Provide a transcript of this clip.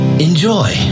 Enjoy